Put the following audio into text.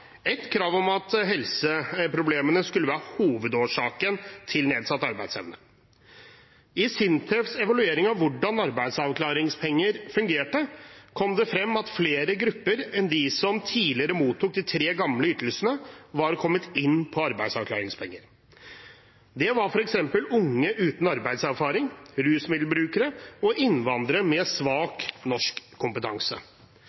krav om at helseproblemene skulle være hovedårsaken til nedsatt arbeidsevne. I SINTEFs evaluering av hvordan arbeidsavklaringspenger fungerte, kom det frem at flere grupper enn dem som tidligere mottok de tre gamle ytelsene, var kommet inn på arbeidsavklaringspenger. Det var f.eks. unge uten arbeidserfaring, rusmiddelbrukere og innvandrere med